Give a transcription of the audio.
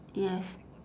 yes